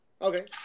Okay